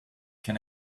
can